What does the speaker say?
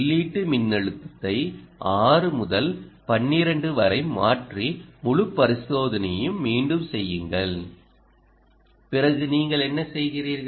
உள்ளீட்டு மின்னழுத்தத்தை 6 முதல் 12 வரை மாற்றி முழு பரிசோதனையையும் மீண்டும் செய்யுங்கள் பிறகு நீங்கள் என்ன செய்கிறீர்கள்